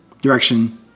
direction